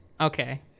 okay